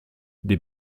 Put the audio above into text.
des